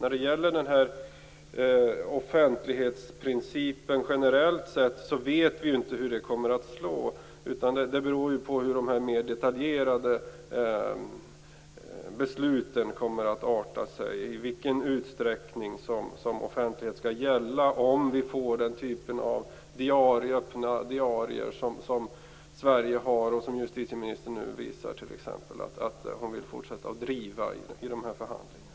Vi vet ju inte hur offentlighetsprincipen generellt sett kommer att slå. I vilken utsträckning offentlighet skall gälla beror på hur de mer detaljerade besluten kommer att arta sig, t.ex. om det blir den typen av öppna diarier som Sverige har och som justitieministern nu visar vilja att fortsätta driva i förhandlingarna.